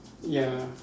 ya